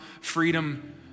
freedom